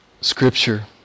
Scripture